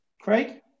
Craig